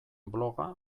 bloga